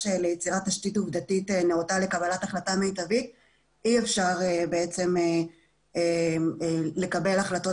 ליצירת תשתית עובדתית נאותה לקבלת החלטה מיטבית אי אפשר לקבל החלטות